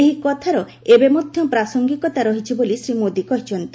ଏହି କଥାର ଏବେ ମଧ୍ୟ ପ୍ରାସଙ୍ଗିକତା ରହିଛି ବୋଲି ଶ୍ରୀ ମୋଦି କହିଛନ୍ତି